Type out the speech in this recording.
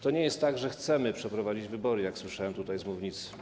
To nie jest tak, że chcemy przeprowadzić wybory, jak słyszałem tutaj z mównicy.